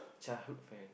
childhood friend